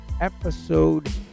episode